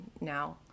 now